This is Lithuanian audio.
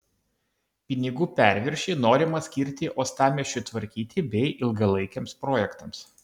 pinigų perviršį norima skirti uostamiesčiui tvarkyti bei ilgalaikiams projektams